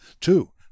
Two